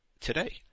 today